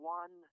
one